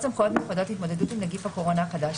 סמכויות מיוחדות להתמודדות עם נגיף הקורונה החדש